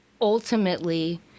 ultimately